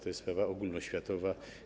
To jest sprawa ogólnoświatowa.